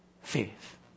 faith